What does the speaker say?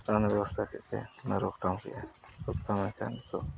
ᱨᱟᱱᱮ ᱵᱮᱵᱚᱥᱛᱷᱟ ᱠᱮᱫᱛᱮ ᱚᱱᱟ ᱨᱩᱠᱼᱛᱷᱟᱢ ᱠᱮᱫᱟᱭ ᱨᱩᱠ ᱛᱷᱟᱢ ᱮᱱᱛᱮ ᱱᱤᱛᱚᱜ